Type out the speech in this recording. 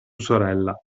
sorella